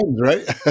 right